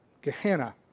Gehenna